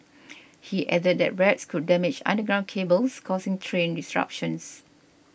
he added that rats could damage underground cables causing train disruptions